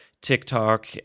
TikTok